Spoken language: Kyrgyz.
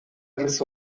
келсе